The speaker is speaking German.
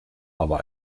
aber